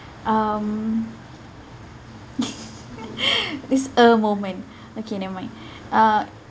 um it's a moment okay never mind uh